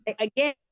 again